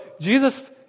Jesus